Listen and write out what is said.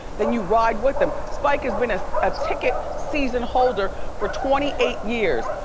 then you ride with them. spike has been a ah ticket season holder for twenty eight years.